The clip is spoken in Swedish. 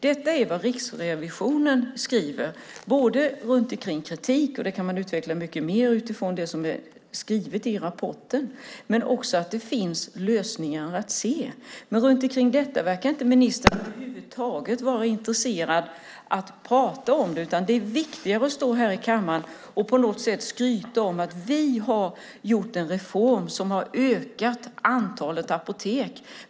Detta är vad Riksrevisionen skriver både som kritik - och det kan man utveckla mycket mer utifrån vad som är skrivet i rapporten - men också som lösningar att se. Ministern verkar inte över huvud taget vara intresserad att tala om det. Det är viktigare att stå här i kammaren och på något sätt skryta om: Vi har gjort en reform som har ökat antalet apotek.